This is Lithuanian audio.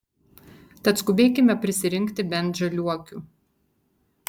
tad skubėkime prisirinkti bent žaliuokių